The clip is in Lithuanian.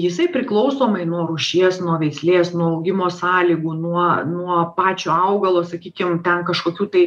jisai priklausomai nuo rūšies nuo veislės nuo augimo sąlygų nuo nuo pačio augalo sakykim ten kažkokių tai